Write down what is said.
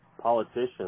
politicians